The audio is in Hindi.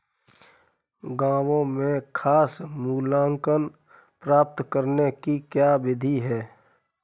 गाँवों में साख मूल्यांकन प्राप्त करने की क्या विधि है?